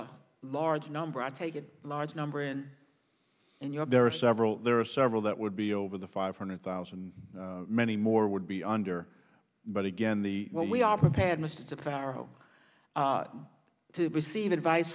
a large number i take a large number and and yet there are several there are several that would be over the five hundred thousand many more would be under but again the what we are prepared mr barrow to receive advice